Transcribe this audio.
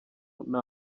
nta